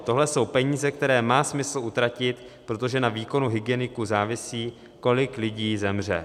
Tohle jsou peníze, které má smysl utratit, protože na výkonu hygieniků závisí, kolik lidí zemře.